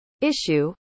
issue